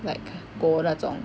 like go 那种